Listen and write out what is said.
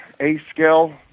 A-scale